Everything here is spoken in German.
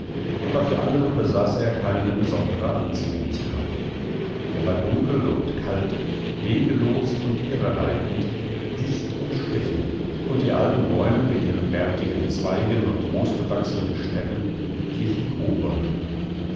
aber für andere besaß er keine besondere anziehungskraft er war dunkel und kalt wegelos und irreleitend dicht und stechend und die alten bäume mit ihren bärtigenzweigenundmoosbewachsenenstämmenglichenkobolden in